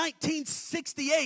1968